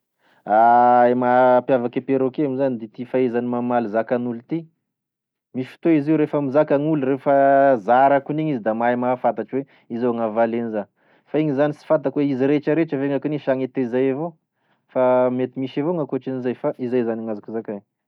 Mampiavaky e perroquet moa zany de ity fahaizany mamaly zakan'olo ity, misy fotoa izy io rehefa mizaka gn'olo rehefa zary akoinio izy da mahay mahafantatry hoe izao gn'avaly an'iza, fa igny zany tsy fantako hoe izy rehetraretra ve gnakoinigny sa gne tezay evao, fa mety misy evao gn'ankotrin'izay fa izay zany gn'azoko zakay.